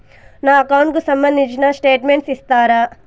నా అకౌంట్ కు సంబంధించిన స్టేట్మెంట్స్ ఇస్తారా